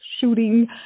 shooting